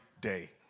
day